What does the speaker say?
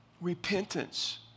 Repentance